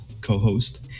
co-host